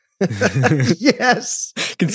Yes